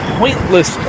pointless